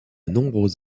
nombreux